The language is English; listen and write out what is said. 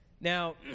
Now